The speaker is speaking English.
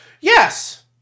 Yes